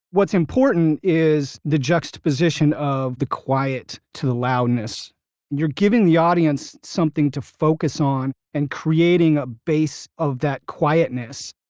what's important is the juxtaposition of the quiet to the loudness you're giving the audience something to focus on and creating a base of that quietness,